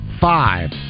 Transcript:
five